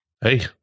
hey